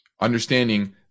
Understanding